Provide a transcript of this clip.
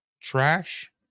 trash